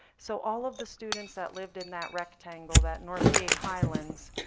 so all of the students that lived in that rectangle, that northgate highlands,